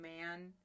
man